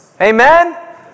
Amen